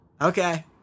Okay